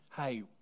hey